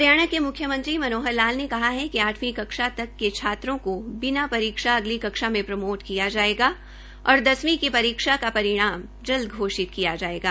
हरियाणा के म्ख्यमंत्री मनोहर लाल ने कहा है कि आठवी कक्षा तक छात्रों को बिना परीक्षा अगली कक्षा में प्रोमेट किया जायेगा और दसवीं की परीक्षा का परिणाम जल्द घोषित कर दिया जायेगा